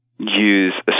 use